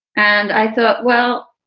and i thought, well,